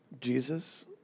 Jesus